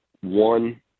one